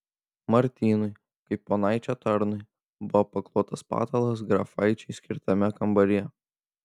martynui kaip ponaičio tarnui buvo paklotas patalas grafaičiui skirtame kambaryje